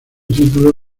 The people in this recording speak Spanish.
título